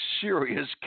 serious